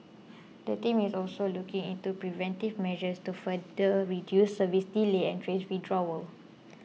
the team is also looking into preventive measures to further reduce service delays and train withdrawals